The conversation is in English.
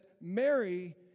Mary